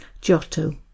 Giotto